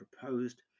proposed